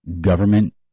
government